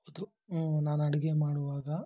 ಹೌದು ನಾನು ಅಡಿಗೆ ಮಾಡುವಾಗ